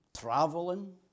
traveling